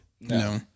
No